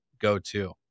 go-to